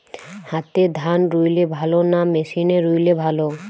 হাতে ধান রুইলে ভালো না মেশিনে রুইলে ভালো?